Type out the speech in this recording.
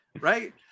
right